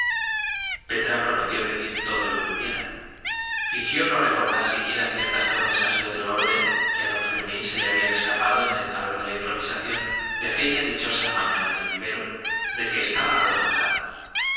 petra prometió decir todo lo que hubiera fingió no recordar siquiera ciertas promesas de otro orden que a don fermín se le habían escapado en el calor de la improvisación en aquella dichosa mañana del vivero de que estaba avergonzado